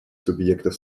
субъектов